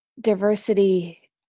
diversity